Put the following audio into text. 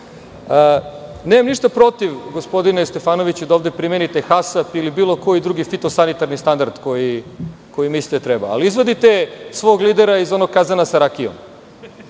nemam ništa protiv da ovde primenite Hasap ili bilo koji drugi Fitosanitarni standard koji mislite da treba, ali izvadite svog lidera iz onog kazana sa rakijom.